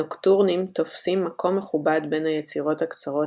הנוקטרונים תופסים מקום מכובד בין היצירות הקצרות